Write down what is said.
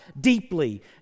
deeply